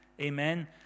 Amen